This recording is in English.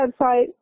website